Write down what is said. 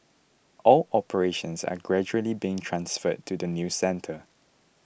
all operations are gradually being transferred to the new centre